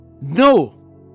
No